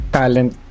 talent